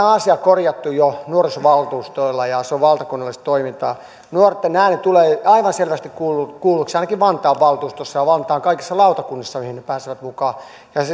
asian korjanneet jo nuorisovaltuustoilla ja se on valtakunnallista toimintaa nuorten ääni tulee aivan selvästi kuulluksi kuulluksi ainakin vantaan valtuustossa ja vantaan kaikissa lautakunnissa mihin ne pääsevät mukaan